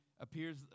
appears